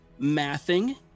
mathing